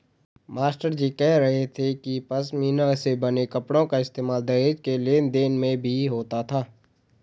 मास्टरजी कह रहे थे कि पशमीना से बने कपड़ों का इस्तेमाल दहेज के लेन देन में भी होता था